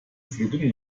pflücken